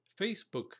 Facebook